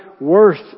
worth